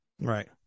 Right